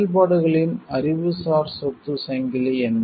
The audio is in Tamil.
செயல்பாடுகளின் அறிவுசார் சொத்து சங்கிலி என்ன